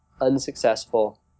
unsuccessful